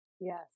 Yes